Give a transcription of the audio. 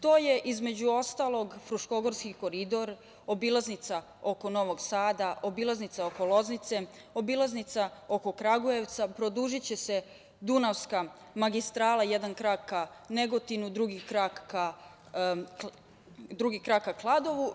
To je između ostalog „Fruškogorski koridor“, obilaznica oko Novog Sada, obilaznica oko Loznice, obilaznica oko Kragujevcu, produžiće se „Dunavska magistrala“, jedan krak ka Negotinu, drugi krak ka Kladovu.